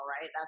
right